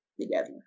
together